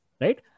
right